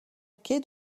quai